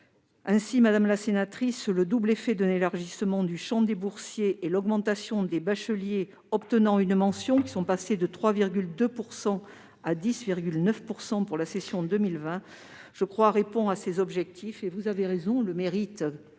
62 %. Madame la sénatrice, le double effet de l'élargissement du champ des boursiers et de l'augmentation du nombre de bacheliers obtenant une mention- le taux est passé de 3,2 % à 10,9 % pour la session 2020 -répond à ces objectifs. Vous avez raison : le mérite